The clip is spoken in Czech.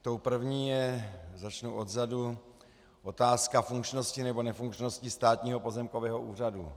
Tou první je začnu odzadu otázka funkčnosti nebo nefunkčnosti Státního pozemkového úřadu.